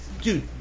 Dude